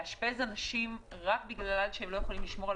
לאשפז אנשים רק בגלל שהם לא יכולים לשמור על